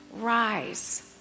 rise